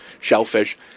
shellfish